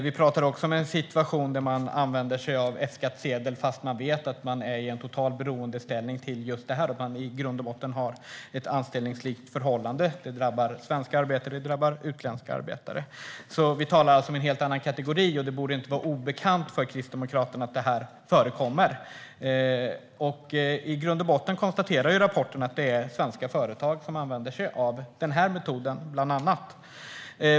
Vi talar också om en situation där man använder sig av F-skattsedel fastän man vet att personen är i en total beroendeställning och att man har ett anställningslikt förhållande. Det drabbar svenska arbetare och utländska arbetare. Vi talar alltså om en helt annan kategori. Det borde inte vara obekant för Kristdemokraterna att det förekommer. Rapporten konstaterar att det är svenska företag som använder sig av bland annat den här metoden.